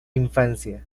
infancia